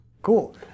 Cool